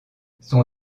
son